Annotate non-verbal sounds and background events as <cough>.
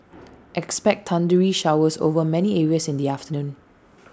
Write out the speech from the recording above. <noise> expect thundery showers over many areas in the afternoon